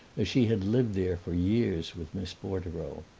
as she had lived there for years with miss bordereau.